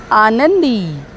आनंदी